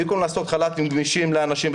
במקום לעשות חל"ת גמיש לאנשים,